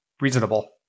reasonable